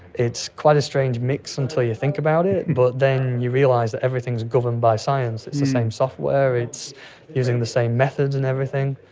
it's quite a strange mix until you think about it, but then you realise that everything is governed by science, it's the same software, it's using the same methods and everything,